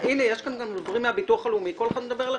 יש כאן גם כמה דוברים מהביטוח הלאומי וכל אחד מדבר לחוד.